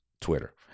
twitter